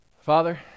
Father